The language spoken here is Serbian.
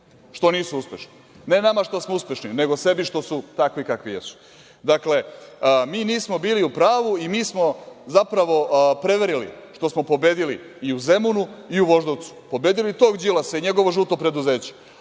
što nisu uspešni. Ne nama što smo uspešni, nego sebi što su takvi kakvi jesu. Dakle, mi nismo bili u pravu i mi smo zapravo prevarili što smo pobedili i u Zemunu i u Voždovcu, pobedili tog Đilasa i njegovo žuto preduzeće.